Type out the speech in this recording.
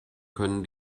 können